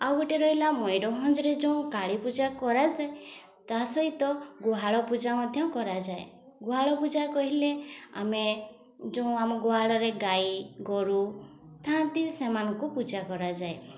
ଆଉ ଗୋଟେ ରହିଲା ମୟୂରଭଞ୍ଜରେ ଯେଉଁ କାଳୀ ପୂଜା କରାଯାଏ ତା ସହିତ ଗୁହାଳ ପୂଜା ମଧ୍ୟ କରାଯାଏ ଗୁହାଳ ପୂଜା କହିଲେ ଆମେ ଯୋଉ ଆମ ଗୁହାଳରେ ଗାଈ ଗୋରୁ ଥାଆନ୍ତି ସେମାନଙ୍କୁ ପୂଜା କରାଯାଏ